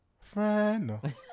Friend